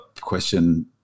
question